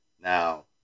Now